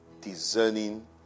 discerning